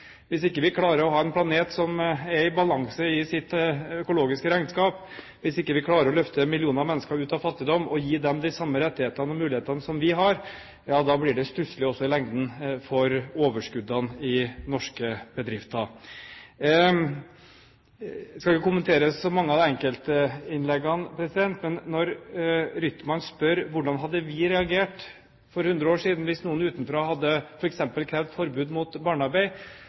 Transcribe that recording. vi ikke klarer å ha en planet som er i balanse i sitt økologiske regnskap, og hvis vi ikke klarer å løfte millioner av mennesker ut av fattigdom og gi dem de samme rettighetene og mulighetene som vi har, ja da blir det stusslig også i lengden for overskuddene i norske bedrifter. Jeg skal ikke kommentere så mange av de enkelte innleggene, men når Rytman spør om hvordan vi hadde reagert for hundre år siden hvis noen utenfra f.eks. hadde krevd forbud mot barnearbeid,